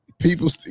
People